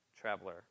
traveler